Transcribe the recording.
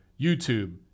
YouTube